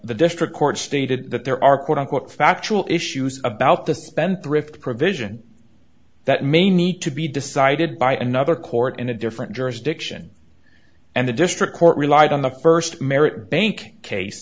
the district court stated that there are quote unquote factual issues about the spendthrift provision that may need to be decided by another court in a different jurisdiction and the district court relied on the first merit bank case